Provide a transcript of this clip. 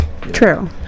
true